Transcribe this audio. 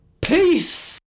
Peace